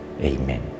Amen